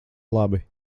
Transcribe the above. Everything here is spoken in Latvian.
labi